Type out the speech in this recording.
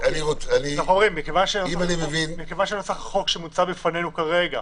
מכיוון שנוסח החוק שמוצע בפנינו כרגע,